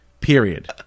Period